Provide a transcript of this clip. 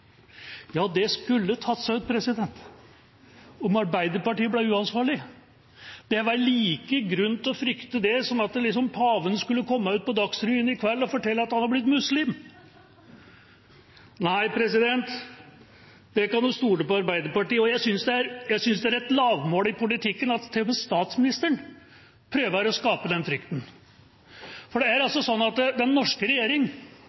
Ja, det skulle tatt seg ut om Arbeiderpartiet ble uansvarlig. Det er vel like stor grunn til å frykte det som at paven skulle komme ut på Dagsrevyen i kveld og fortelle at han er blitt muslim. Nei, der kan man stole på Arbeiderpartiet. Jeg synes det er et lavmål i politikken at til og med statsministeren prøver å skape den frykten. Den norske regjering er meg bekjent den eneste regjering